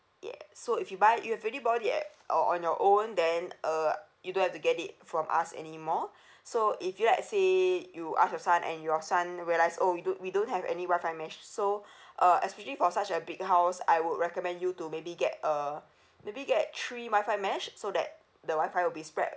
yeah so if you buy you have already bought it at or on your own then uh you don't have to get it from us anymore so if you let's say you ask your son and your son realise oh we do~ we don't have any wi-fi mesh so uh actually for such a big house I would recommend you to maybe get a maybe get three wi-fi mesh so that the wi-fi will be spread